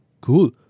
Cool